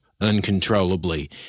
uncontrollably